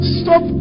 stop